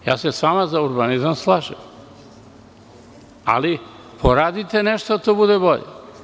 Sa vama se za urbanizam slažem, ali poradite nešto da to bude bolje.